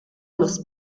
los